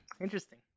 Interesting